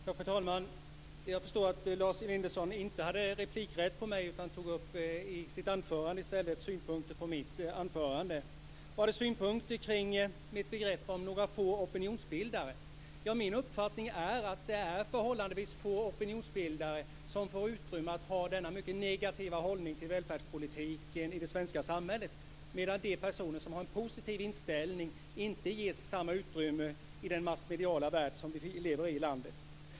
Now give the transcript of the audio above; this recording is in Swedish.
Fru talman! Jag förstår att Lars Elinderson inte hade replikrätt på mig utan tog i stället upp synpunkter på mitt anförande i hans anförande. Han hade synpunkter på min uppfattning om några få opinionsbildare. Min uppfattning är att det är förhållandevis få opinionsbildare som får utrymme att ha denna mycket negativa hållning till välfärdspolitiken i det svenska samhället, medan de personer som har en positiv inställning inte ges samma utrymme i den massmediala värld vi lever i.